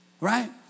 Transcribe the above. right